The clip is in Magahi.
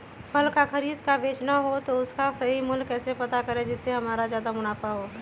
फल का खरीद का बेचना हो तो उसका सही मूल्य कैसे पता करें जिससे हमारा ज्याद मुनाफा हो?